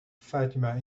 fatima